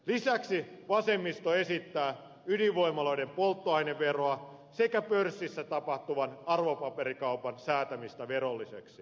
lisäksi vasemmisto esittää ydinvoimaloiden polttoaineveroa sekä pörssissä tapahtuvan arvopaperikaupan säätämistä verolliseksi